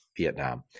Vietnam